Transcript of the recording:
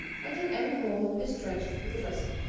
until every hole is drenched with the dressing.